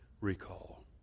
Recall